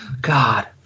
God